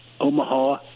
Omaha